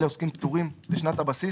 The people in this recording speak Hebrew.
התשל"ו 1976‏," אלה עוסקים פטורים "לשנת הבסיס,